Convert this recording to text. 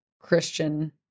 Christian